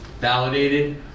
validated